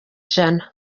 ijana